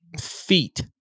feet